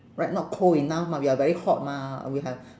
right not cold enough mah we are very hot mah we have